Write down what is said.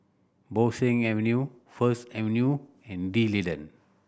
Bo Seng Avenue First Avenue and D'Leedon